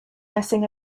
messing